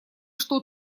что